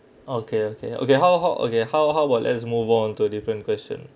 okay okay okay how how okay how how about let's move on to a different question